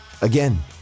Again